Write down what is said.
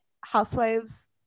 housewives